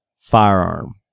firearm